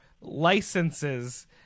licenses